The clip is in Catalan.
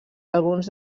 alguns